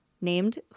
named